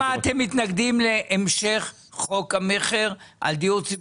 דירות --- למה אתם מתנגדים להמשך חוק המכר על דיור ציבורי?